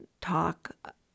talk